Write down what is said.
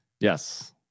Yes